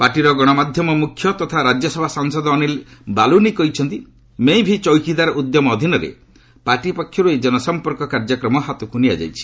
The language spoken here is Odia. ପାର୍ଟିର ଗଣମାଧ୍ୟମ ମୁଖ୍ୟ ତଥା ରାଜ୍ୟସଭା ସାଂସଦ ଅନୀଲ ବାଲୁନି କହିଛନ୍ତି 'ମୈଁ ଭି ଚୌକିଦାର୍' ଉଦ୍ୟମ ଅଧୀନରେ ପାର୍ଟି ପକ୍ଷରୁ ଏହି ଜନସମ୍ପର୍କ କାର୍ଯ୍ୟକ୍ରମ ହାତକୁ ନିଆଯାଇଛି